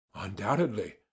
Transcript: Undoubtedly